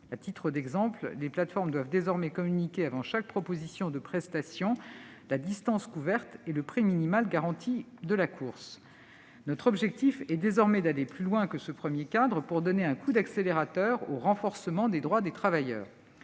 À titre d'exemple, ces dernières doivent désormais communiquer, avant chaque proposition de prestation, la distance couverte et le prix minimal garanti de la course. Notre objectif est désormais d'aller plus loin que ce premier cadre et de donner un coup d'accélérateur au renforcement des droits des travailleurs.